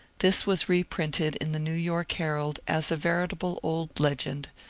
this was reprinted in the new york herald as a veritable old legend,